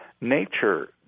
nature